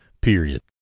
period